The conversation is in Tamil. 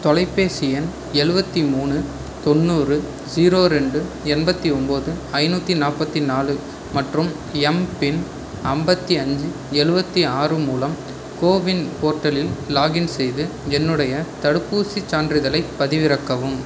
தொலைபேசி எண் எழுபத்தி மூணு தொண்ணூறு ஜீரோ ரெண்டு எண்பத்தி ஒம்பது ஐநூற்றி நாற்பத்தி நாலு மற்றும் எம்பின் ஐம்பத்தி அஞ்சு எழுபத்தி ஆறு மூலம் கோவின் போர்ட்டலில் லாகின் செய்து என்னுடைய தடுப்பூசிச் சான்றிதழைப் பதிவிறக்கவும்